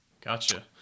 Gotcha